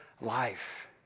life